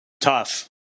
Tough